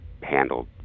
handled